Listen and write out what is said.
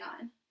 on